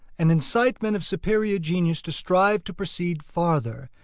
and incite men of superior genius to strive to proceed farther,